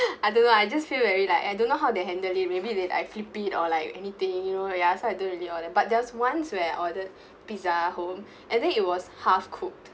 I don't know I just feel very like I don't know how they handle it maybe they'll like flip it or like anything you know ya so I don't really order but there was once where I ordered pizza home and then it was half cooked